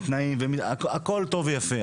התנאים והכל טוב ויפה,